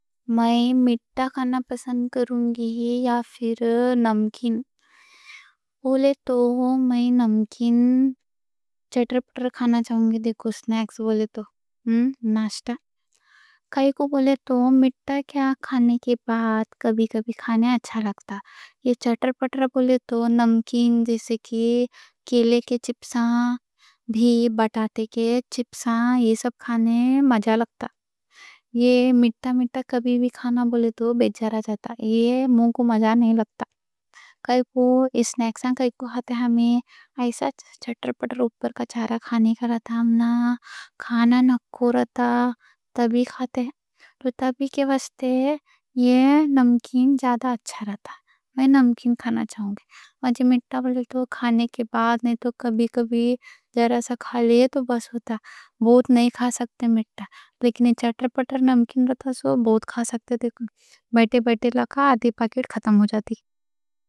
میں مٹھا کھانا پسند کروں گی یا پھر نمکین بولے تو میں نمکین چٹر پٹر کھانا چاہوں گی۔ دیکھو سنیکس بولے تو ناشتہ کائیں کوں بولے تو میٹھا کیا کھانے کے بعد کبھی کبھی کھانے اچھا لگتا۔ یہ چٹر پٹر بولے تو نمکین، جیسے کی کیلے کے چپساں بھی، بطاطے کے چپساں، یہ سب کھانے مزہ لگتا۔ مٹھا مٹھا کبھی بھی کھانا بولے تو بیزارا جاتا، منہ کو مزہ نہیں لگتا۔ کائیں کوں سنیکس ہیں، کائیں کوں ہوتے، ہمیں ایسا چٹر پٹر اوپر کا چارہ کھانے کر رہتا۔ ہمنا کھانا نہ کر رہتا تب ہی کھاتے تو تب ہی کے واسطے یہ نمکین جیسے جیسے اچھا رہتا۔ میں نمکین کھانا چاہوں گی، مٹھا بولے تو کھانے کے بعد نہیں تو کبھی کبھی جیسے کھا لی تو بس ہوتا، بہت نہیں کھا سکتے۔ مٹھا چٹر پٹر نمکین رہتا سو بہت کھا سکتے، دیکھو بیٹھے بیٹھے لگا آدھی پیکیٹ ختم ہو جاتی۔